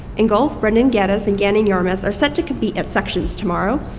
in golf, brandan geddes and gannon yarmus are set to compete at sections tomorrow.